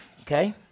Okay